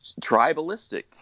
tribalistic